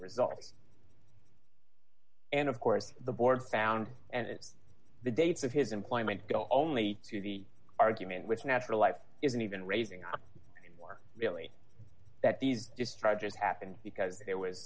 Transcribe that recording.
result and of course the board found and the dates of his employment go only to the argument which natural life isn't even raising or really that these strategies happened because there was